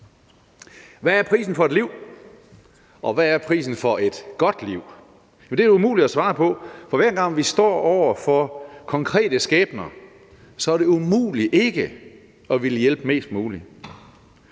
Hvad er prisen for et liv? Og hvad er prisen for et godt liv? Men det er jo umuligt at svare på, for hver gang vi står over for konkrete skæbner, så er det umuligt ikke at ville hjælpe mest muligt.